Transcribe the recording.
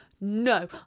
no